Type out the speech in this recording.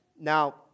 Now